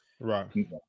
Right